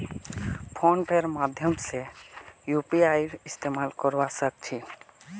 phone पेर माध्यम से यूपीआईर इस्तेमाल करवा सक छी